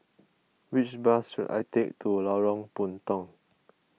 which bus should I take to Lorong Puntong